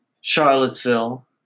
Charlottesville